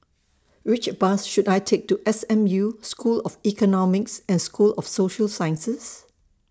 Which Bus should I Take to S M U School of Economics and School of Social Sciences